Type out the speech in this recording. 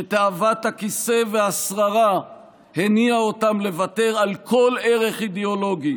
שתאוות הכיסא והשררה הניעה אותם לוותר על כל ערך אידיאולוגי